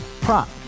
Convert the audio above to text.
prop